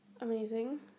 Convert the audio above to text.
amazing